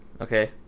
Okay